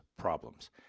problems